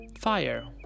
fire